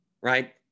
right